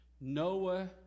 Noah